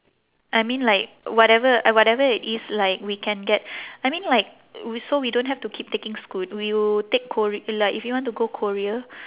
I mean like whatever uh whatever it is like we can get I mean like so we don't have to keep taking scoot you take kor~ like if you want to go korea